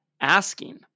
asking